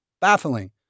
baffling